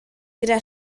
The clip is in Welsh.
gyda